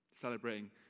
celebrating